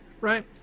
right